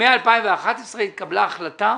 מ-2011 התקבלה החלטה